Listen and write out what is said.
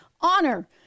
honor